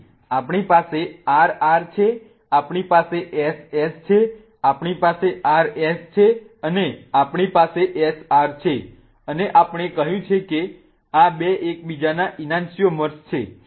તેથી આપણી પાસે RR છે આપણી પાસે SS છે આપણી પાસે RS છે અને આપણી પાસે SR છે અને આપણે કહ્યું છે કે આ 2 એકબીજાના ઈનાન્સ્યિઓમર્સ છે